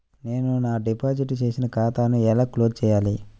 నేను నా డిపాజిట్ చేసిన ఖాతాను ఎలా క్లోజ్ చేయాలి?